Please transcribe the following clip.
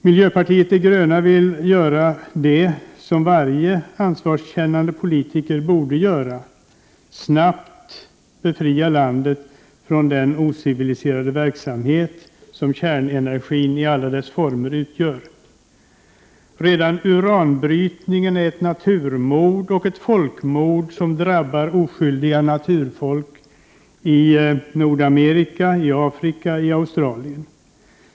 Miljöpartiet de gröna vill göra det som varje ansvarskännande politiker borde göra: snabbt befria landet från den ociviliserade verksamhet som kärnenergin i alla dess former utgör. Redan uranbrytningen är ett naturmord och ett folkmord som drabbar oskyldiga naturfolk i Nordamerika, Afrika och Australien.